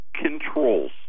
controls